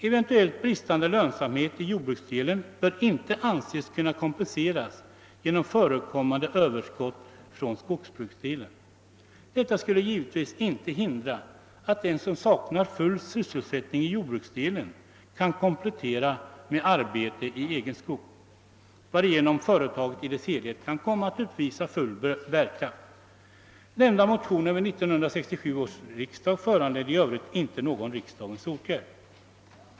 Eventuellt bristande lönsamhet i jordbruksdelen bör inte anses kunna kompenseras genom förekommande överskott från skogsbruksdelen. Detta skulle givetvis inte hindra att den som saknar full sysselsättning i jordbruksdelen kan komplettera med arbete i egen skog, varigenom företaget i dess helhet kan komma att uppvisa full bärkraft. De nämnda motionerna vid 1967 års riksdag föranledde i övrigt inte någon riksdagens åtgärd.